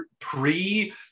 pre